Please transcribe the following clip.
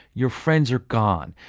your friends are gone.